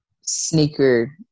sneaker